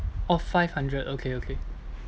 orh five hundred okay okay